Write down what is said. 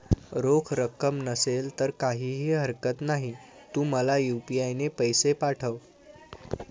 रोख रक्कम नसेल तर काहीही हरकत नाही, तू मला यू.पी.आय ने पैसे पाठव